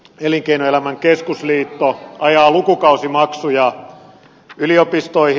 elinkeinoelämän keskusliitto ajaa lukukausimaksuja yliopistoihin